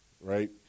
right